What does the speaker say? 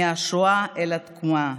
מהשואה אל התקומה.